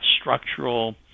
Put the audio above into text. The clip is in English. structural